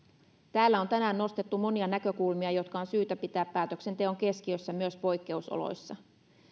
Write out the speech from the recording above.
täällä on tänään nostettu monia näkökulmia jotka on syytä pitää päätöksenteon keskiössä myös poikkeusoloissa